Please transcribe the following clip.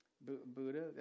Buddha